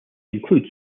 includes